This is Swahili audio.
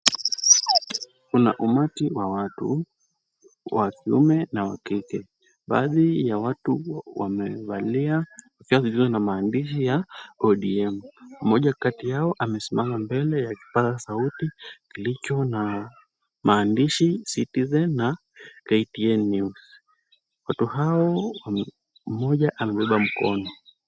Kuna umati wa watu, wa kiume na wa kike. Baadhi ya watu wamevalia kofia zilizo na maandishi ya ODM. Mmoja kati yao amesimama mbele ya kipaza sauti kilicho na maandishi Citizen na KTN News. Watu hao, mmoja amebeba mkono.